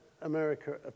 America